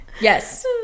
yes